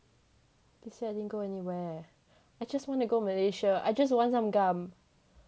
this year I didn't go anywhere I just want to go malaysia I just want some gum